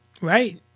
Right